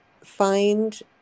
find